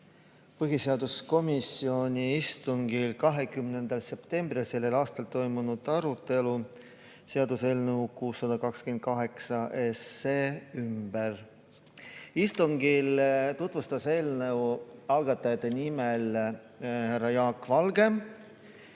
põhiseaduskomisjoni istungil 20. septembril sellel aastal toimunud arutelu seaduseelnõu 628 ümber. Istungil tutvustas eelnõu algatajate nimel härra Jaak Valge.